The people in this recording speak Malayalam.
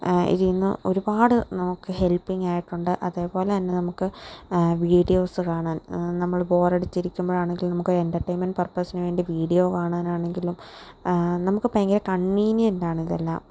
ഇതിൽ നിന്ന് ഒരുപാട് നമുക്ക് ഹെൽപ്പിങ്ങായിട്ടുണ്ട് അതേപോലെതന്നെ നമുക്ക് വീഡിയോസ് കാണാൻ നമ്മൾ ബോറടിച്ച് ഇരിക്കുമ്പോഴാണെങ്കിലും നമുക്ക് എൻ്റർറ്റൈൻമെൻ്റ് പർപ്പസിന് വേണ്ടി വീഡിയോ കാണാനാണെങ്കിലും നമുക്ക് ഭയങ്കര കൺവീനിയൻ്റാണിതെല്ലാം